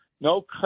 no